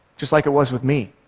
just like it was with me.